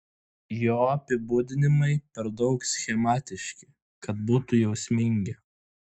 jo apibūdinimai per daug schematiški kad būtų jausmingi